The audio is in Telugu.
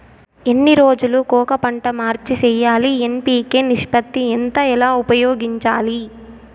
ఎన్ని రోజులు కొక పంట మార్చి సేయాలి ఎన్.పి.కె నిష్పత్తి ఎంత ఎలా ఉపయోగించాలి?